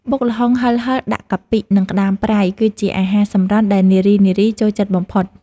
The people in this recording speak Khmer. បុកល្ហុងហិរៗដាក់កាពិ និងក្តាមប្រៃ គឺជាអាហារសម្រន់ដែលនារីៗចូលចិត្តបំផុត។